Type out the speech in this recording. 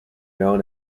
known